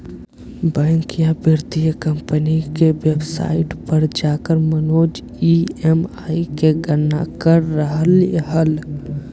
bank या वित्तीय company के वेबसाइट पर जाकर मनोज ई.एम.आई के गणना कर रहलय हल